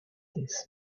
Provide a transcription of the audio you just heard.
this